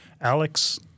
Alex